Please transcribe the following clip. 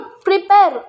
prepare